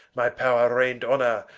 my powre rain'd honor,